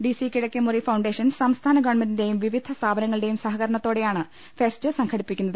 DC Kizhakkemuri foundation സംസ്ഥാന ഗവൺമെന്റിന്റെയും ്വിവിധ സ്ഥാപനങ്ങളുടെയും സഹകരണത്തോ ടെയാണ് ഫ്റെസ്റ്റ് സംഘടിപ്പിക്കുന്നത്